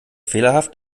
fehlerhaft